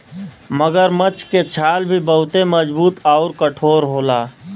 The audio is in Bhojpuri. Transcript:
मगरमच्छ के छाल भी बहुते मजबूत आउर कठोर होला